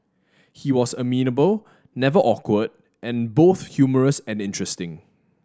he was amenable never awkward and both humorous and interesting